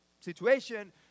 situation